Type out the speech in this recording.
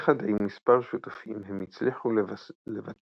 יחד עם מספר שותפים הם הצליחו לבטח